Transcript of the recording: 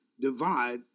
divide